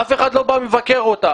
אף אחד לא בא לבקר אותה,